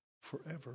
forever